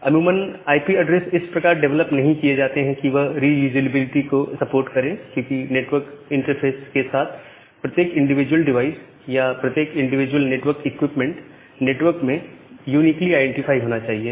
अमूमन IP addresses इस प्रकार डिवेलप नहीं किए जाते हैं कि वह रीयूजेएबिलिटी को सपोर्ट करें क्योंकि नेटवर्क इंटरफेस के साथ प्रत्येक इंडिविजुअल डिवाइस अथवा प्रत्येक इंडिविजुअल नेटवर्क इक्विपमेंट नेटवर्क में यूनिकली आईडेंटिफाई होना चाहिए